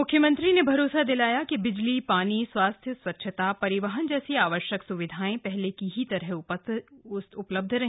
मुख्यमंत्री ने भरोसा दिलाया कि बिजली पानी स्वास्थ्य स्वच्छता परिवहन जैसी आवश्यक स्विधाएं पहले की ही तरह उपलब्ध हैं